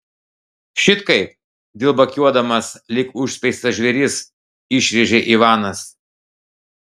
šit kaip dilbakiuodamas lyg užspeistas žvėris išrėžė ivanas